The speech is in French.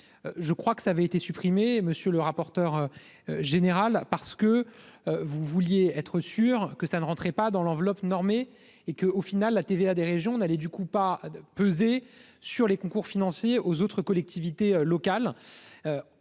je crois que ça avait été supprimé, monsieur le rapporteur général, parce que vous vouliez être sûr que ça ne rentrait pas dans l'enveloppe normée et que, au final, la TVA des régions, on allait du coup pas de peser sur les concours financiers aux autres collectivités locales,